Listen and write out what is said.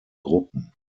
gruppen